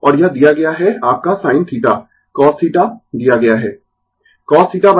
और यह दिया गया है आपका sin θ cos θ दिया गया है